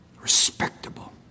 Respectable